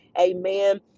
amen